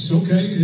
okay